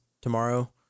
tomorrow